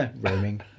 Roaming